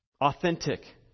Authentic